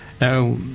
Now